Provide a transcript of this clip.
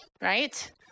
right